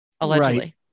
Allegedly